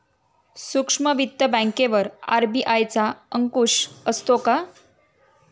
सूक्ष्म वित्त बँकेवर आर.बी.आय चा अंकुश असतो का?